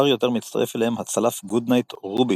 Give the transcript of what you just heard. יותר מצטרף אליהם הצלף גודנייט רוביצ'ו,